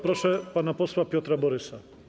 Proszę pana posła Piotra Borysa.